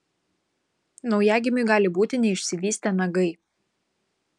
naujagimiui gali būti neišsivystę nagai